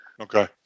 Okay